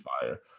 fire